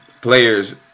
players